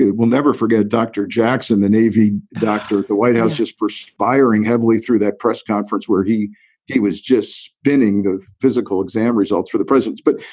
we'll never forget. dr. jackson, the navy doctor at the white house, just perspiring heavily through that press conference where he he was just spinning the physical exam results for the president. but,